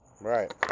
Right